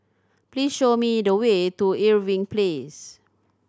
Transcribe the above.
please show me the way to Irving Place